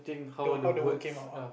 the how the word came out ah